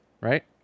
right